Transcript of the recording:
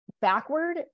backward